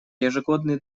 ежегодный